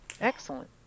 Excellent